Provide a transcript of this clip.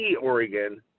Oregon